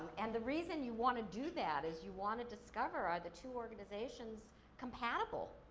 and the reason you wanna do that is you wanna discover are the two organizations compatible?